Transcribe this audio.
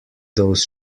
those